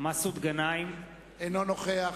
מסעוד גנאים, אינו נוכח